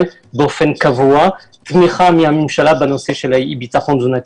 באופן קבוע תמיכה מהממשלה בנושא של אי הביטחון התזונתי.